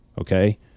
Okay